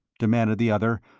demanded the other,